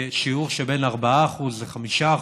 בשיעור של בין 4% ל-5%.